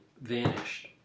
vanished